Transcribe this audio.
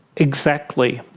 exactly.